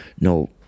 no